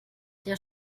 der